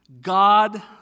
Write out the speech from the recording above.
God